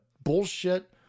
bullshit